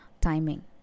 timing